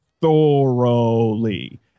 thoroughly